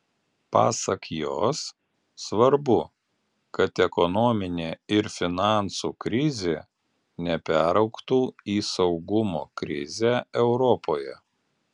pasak jos svarbu kad ekonominė ir finansų krizė neperaugtų į saugumo krizę europoje